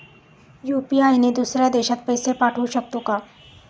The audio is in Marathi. यु.पी.आय ने दुसऱ्या देशात पैसे पाठवू शकतो का?